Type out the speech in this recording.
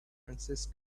francisco